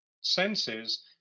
senses